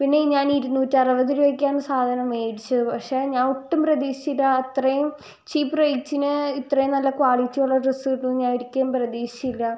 പിന്നെ ഞാൻ ഇരുന്നൂറ്റമ്പത് രൂപയ്ക്കാണ് സാധനം മേടിച്ചത് പക്ഷെ ഞാൻ ഒട്ടും പ്രതീക്ഷിച്ചില്ല അത്രയും ചീപ്പ് റേറ്റിന് ഇത്രയും നല്ല ക്വാളിറ്റിയുള്ള ഡ്രെസ്സ് കിട്ടുമെന്ന് ഞാൻ ഒരിക്കലും പ്രതീക്ഷിച്ചില്ല